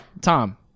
Tom